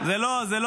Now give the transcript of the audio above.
זה לא